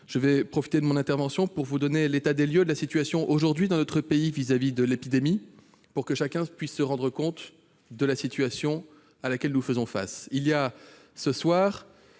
Je profite de mon intervention pour vous donner l'état des lieux aujourd'hui dans notre pays vis-à-vis de l'épidémie ; chacun pourra ainsi se rendre compte de la situation à laquelle nous faisons face. Ce soir,